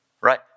Right